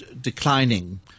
declining